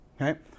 Okay